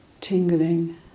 tingling